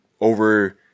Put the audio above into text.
over